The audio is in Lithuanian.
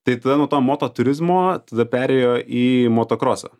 tai tada nuo to moto turizmo tada perėjo į motokrosą